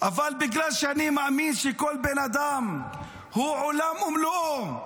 אבל בגלל שאני מאמין שכל בן אדם הוא עולם ומלואו,